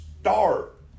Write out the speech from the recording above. start